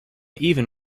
even